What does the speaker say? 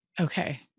Okay